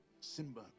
Simba